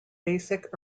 basic